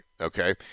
okay